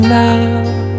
love